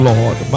Lord